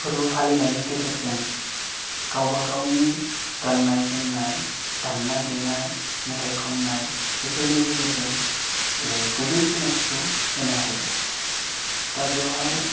फोरबो फालिनायनि गेजेरजों गावबा गावनि गान्नाय जोमनाय दामनाय देनाय मेथाइ खन्नाय बेफोरनि गेजेरजो गुबै सिनायथिखौ होनो हायो दा बेयावहाय